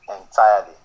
entirely